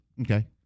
Okay